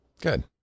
Good